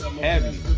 Heavy